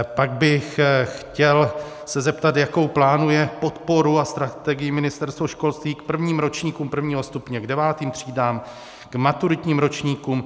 Pak bych se chtěl zeptat, jakou plánuje podporu a strategii Ministerstvo školství k prvním ročníkům prvního stupně, k devátým třídám, k maturitním ročníkům.